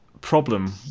problem